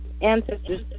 Ancestors